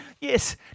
Yes